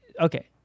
Okay